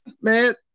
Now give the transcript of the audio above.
man